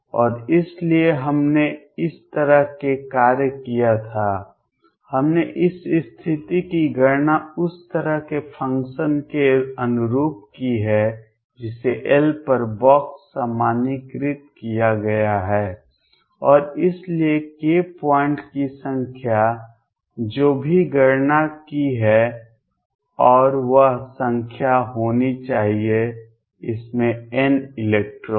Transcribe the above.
और इसलिए हमने इस तरह से कार्य किया था हमने इस स्थिति की गणना उस तरह के फ़ंक्शन के अनुरूप की है जिसे L पर बॉक्स सामान्यीकृत किया गया है और इसलिए k पॉइंट्स की संख्या जो भी हमने गणना की है और वह संख्या होनी चाहिए इसमें n इलेक्ट्रॉन